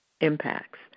impacts